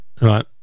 right